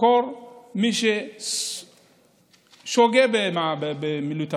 לחקור מי ששוגה במילוי תפקידו,